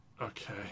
Okay